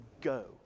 go